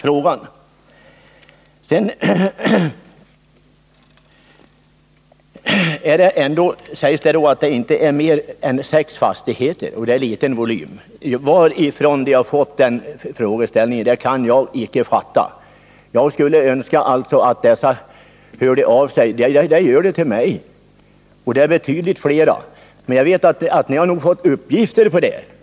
Budgetministern sade också att det i den kommun som jag åsyftar inte rör sig om mer än sex fastigheter och en liten volym. Varifrån ni har fått de uppgifterna kan jag icke fatta. Jag skulle önska att de berörda hörde av sig till er. De gör det till mig, och jag vet att de är betydligt fler. Budgetministern har nog fått de uppgifter han nämnde här.